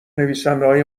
نویسندههای